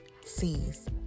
sees